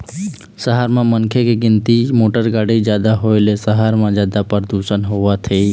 सहर म मनखे के गिनती, मोटर गाड़ी जादा होए ले सहर म जादा परदूसन होवत हे